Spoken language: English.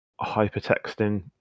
hypertexting